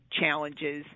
challenges